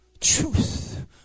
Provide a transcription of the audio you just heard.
truth